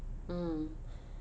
mm